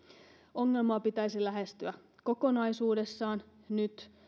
ongelmaa pitäisi lähestyä kokonaisuudessaan nyt